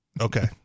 Okay